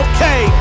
Okay